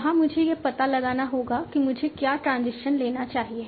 वहां मुझे यह पता लगाना होगा कि मुझे क्या ट्रांजिशन लेना चाहिए